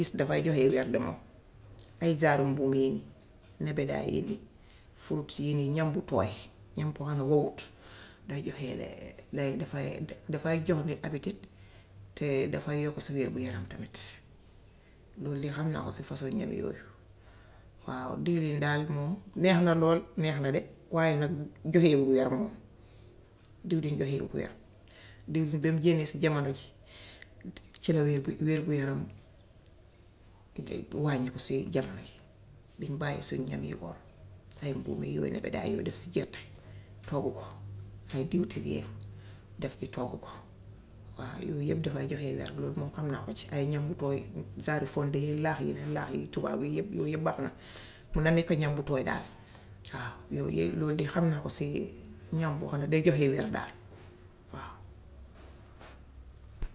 dafay joxe werdemoo; ay genre u mbuum yi, nebedaay, fruit yii nii, ñam bu tooy. ñam boo xam ne hohut, day joxe lergi dafay dafay jox nit appétit, te dafay yokku sa wér-gu-yaram tamit. Lool lii ham naa ko ci façon ñam yi yooyu. Waaw diwlin daal neex na lool, neex na de waaye nag du joxe wér-gu-yaram, diwlin du joxe wér-gu-yaram. Diw gi doon génne ci jamano ji, ci la wér-gi, wér-gu-yaram wàññiku si jamano ji, biñ bàyyee suñ ñam yi hoon, ay mbuum yi yooyu nebedaay def si gerte, hobu ko, hay diwtiir yooyu, def ci toggu ko. Waaw yooyu yépp dafaay joxe yaram. Loolu moom xam naa ko si. Ay ñam wu tooy genre i fonde yeek laax yeneen laaxi tubaab, yooy yépp yooy yépp baax na. Mun na nekk ñam wu tooy daal. Waaw, yooyu loolu de xam naa ko si ñam woo xam ne day joxe wér daal waaw.